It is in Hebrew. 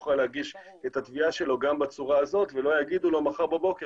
יוכל להגיש את התביעה שלו גם בצורה הזאת ולא יאמרו לו מחר בבוקר